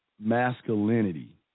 masculinity